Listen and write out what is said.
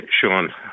sean